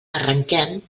arrenquem